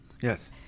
Yes